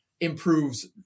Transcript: improves